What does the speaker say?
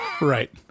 Right